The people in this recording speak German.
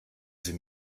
sie